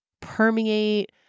permeate